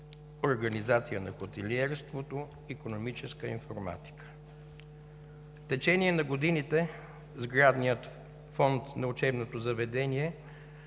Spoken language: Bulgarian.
организация на хотелиерството, икономическа информатика. В течение на годините сградният фонд на учебното заведение